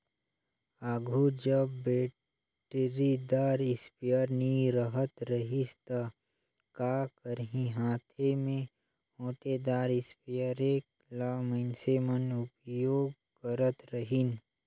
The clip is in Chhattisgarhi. आघु जब बइटरीदार इस्पेयर नी रहत रहिस ता का करहीं हांथे में ओंटेदार इस्परे ल मइनसे मन उपियोग करत रहिन